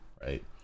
right